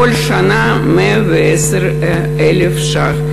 כל שנה 110,000 ש"ח.